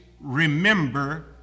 remember